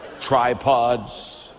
tripods